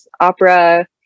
opera